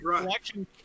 election